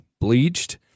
bleached